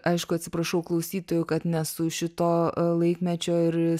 aišku atsiprašau klausytojų kad nesu šito laikmečio ir